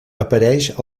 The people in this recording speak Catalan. apareix